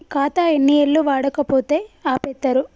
ఖాతా ఎన్ని ఏళ్లు వాడకపోతే ఆపేత్తరు?